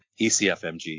ECFMG